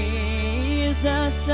Jesus